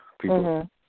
People